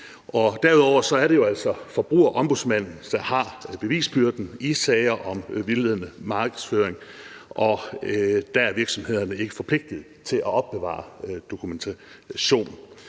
Derudover er det jo altså Forbrugerombudsmanden, der har bevisbyrden i sager om vildledende markedsføring, og der er virksomhederne ikke forpligtet til at opbevare dokumentation.